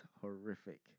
horrific